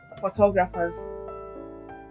photographers